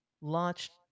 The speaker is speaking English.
launched